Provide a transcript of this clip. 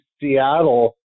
Seattle